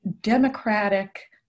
democratic